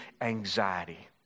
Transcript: anxiety